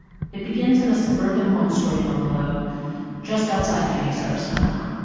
it begins in a suburban, one-story bungalow just outside phoenix, ariz. um ah